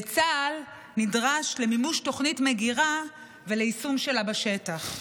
וצה"ל נדרש למימוש תוכנית מגירה וליישום שלה בשטח.